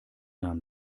nahm